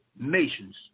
nations